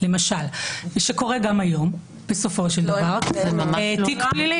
למשל, שקורה גם היום, בסופו של דבר, זה תיק פלילי.